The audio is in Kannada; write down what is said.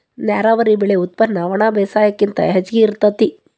ನೇರಾವರಿ ಬೆಳೆ ಉತ್ಪನ್ನ ಒಣಬೇಸಾಯಕ್ಕಿಂತ ಹೆಚಗಿ ಇರತತಿ